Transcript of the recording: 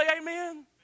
amen